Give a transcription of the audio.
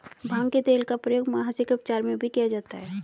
भांग के तेल का प्रयोग मुहासे के उपचार में भी किया जाता है